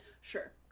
Sure